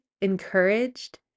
encouraged